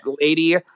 lady